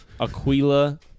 Aquila